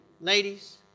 Ladies